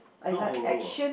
not horror ah